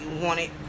wanted